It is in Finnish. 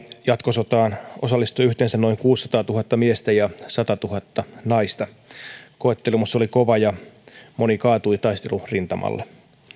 jatkosotaan osallistui yhteensä noin kuusisataatuhatta miestä ja satatuhatta naista koettelemus oli kova ja moni kaatui taistelurintamalla